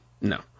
no